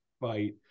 fight